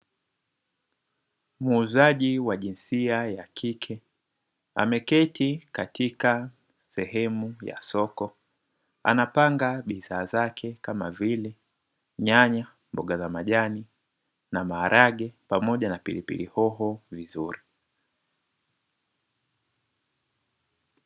Muuzaji wa jinsia ya kike ameketi katika sehemu ya soko anapanga bidhaa zake kama vile; nyanya, mboga za majani, na maharage pamoja na pilipili hoho vizuri.